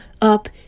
up